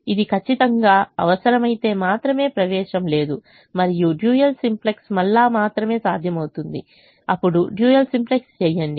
ఇది ఖచ్చితంగా అవసరమైతే మాత్రమే ప్రవేశం లేదు మరియు డ్యూయల్ సింప్లెక్స్ మళ్ళా మాత్రమే సాధ్యమవుతుంది అప్పుడు డ్యూయల్ సింప్లెక్స్ చేయండి